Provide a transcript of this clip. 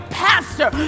pastor